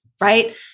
right